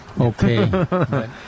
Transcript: okay